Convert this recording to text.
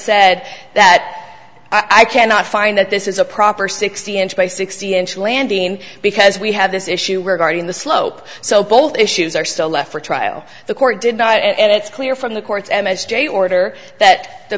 said that i cannot find that this is a proper sixty inch by sixty inch landing because we have this issue regarding the slope so both issues are still left for trial the court did not and it's clear from the court's m s j order that the